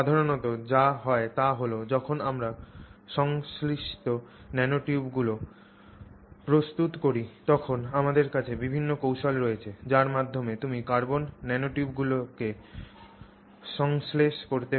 সাধারণত যা হয় তা হল যখন আমরা সংশ্লেষিত ন্যানোটিউবগুলি প্রস্তুত করি তখন আমাদের কাছে বিভিন্ন কৌশল রয়েছে যার মাধ্যমে তুমি কার্বন ন্যানোটিউবগুলিকে সংশ্লেষ করতে পার